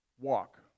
walk